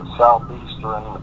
southeastern